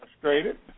frustrated